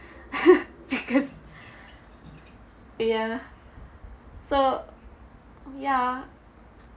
because ya so ya